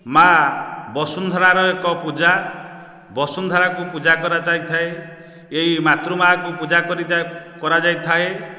ମା' ବସୁନ୍ଧରା ଏକ ପୂଜା ବସୁନ୍ଧରାକୁ ପୂଜା କରାଯାଇଥାଏ ଏହି ମାତୃ ମା'ଙ୍କୁ ପୂଜା କରାଯାଇଥାଏ